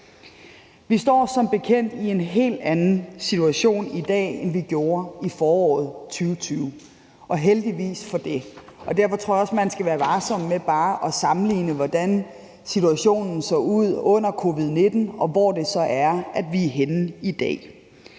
Vi står som bekendt i en helt anden situation i dag, end vi gjorde i foråret 2020, og heldigvis for det. Og derfor tror jeg også, man skal være varsom med bare at sammenligne, hvordan situationen så ud under covid-19, og hvor det så er, vi er henne i dag.